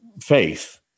faith